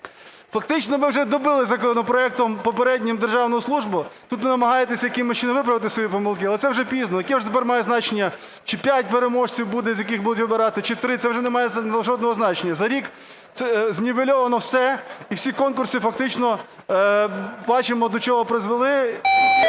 Фактично ми вже "добили" законопроектом попереднім державну службу, тут ви намагаєтесь якимось чином виправити свої помилки, але це вже пізно. Яке вже тепер має значення, чи 5 переможців буде, з яких будуть вибирати, чи 3? Це вже не має жодного значення. За рік знівельовано все, і всі конкурси фактично бачимо, до чого призвели,